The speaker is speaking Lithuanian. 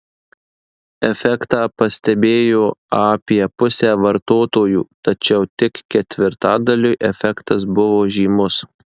efektą pastebėjo apie pusė vartotojų tačiau tik ketvirtadaliui efektas buvo žymus